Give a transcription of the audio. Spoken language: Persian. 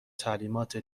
تعلیمات